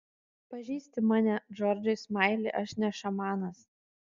pažįsti mane džordžai smaili aš ne šamanas